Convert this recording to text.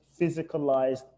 physicalized